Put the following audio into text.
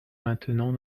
maintenant